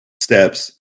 steps